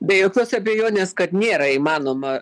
be jokios abejonės kad nėra įmanoma